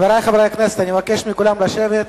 חברי חברי הכנסת, אבקש מכולם לשבת.